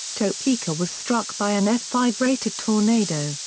topeka was struck by an f five rated tornado,